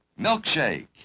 Milkshake